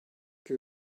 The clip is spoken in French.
que